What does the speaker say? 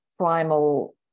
primal